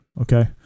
okay